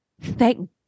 thank